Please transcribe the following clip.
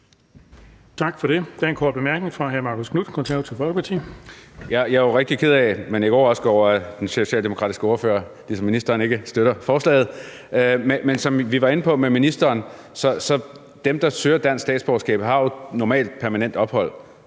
Tak for det. Der er en kort bemærkning fra hr. Marcus Knuth, Konservative Folkeparti. Kl. 14:37 Marcus Knuth (KF): Jeg er jo rigtig ked af, men ikke overrasket over, at den socialdemokratiske ordfører ligesom ministeren ikke støtter forslaget. Men som vi var inde på med ministeren, har dem, der søger om dansk statsborgerskab, jo normalt permanent ophold.